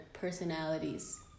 personalities